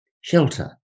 shelter